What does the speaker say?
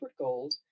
Gold